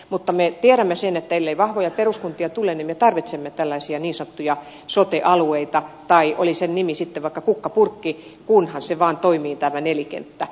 mutta me tiedämme sen että ellei vahvoja peruskuntia tule niin me tarvitsemme tällaisia niin sanottuja sote alueita tai oli sen nimi sitten vaikka kukkapurkki kunhan se vaan toimii tämä nelikenttä